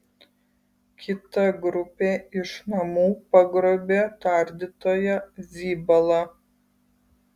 kita grupė iš namų pagrobė tardytoją zibalą